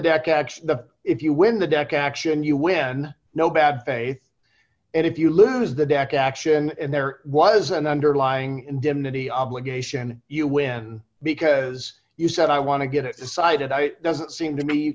the if you win the deck action you win no bad faith and if you lose the deck action and there was an underlying indemnity obligation you win because you said i want to get it decided i doesn't seem to me